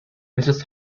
mrs